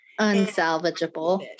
Unsalvageable